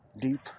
Deep